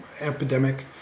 epidemic